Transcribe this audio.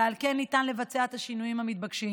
ועל כן ניתן לבצע את השינויים המתבקשים.